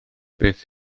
beth